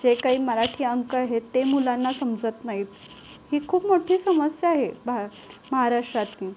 जे काही मराठी अंक आहेत ते मुलांना समजत नाहीत ही खूप मोठी समस्या आहे भा महाराष्ट्रातली